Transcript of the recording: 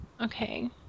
Okay